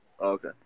Okay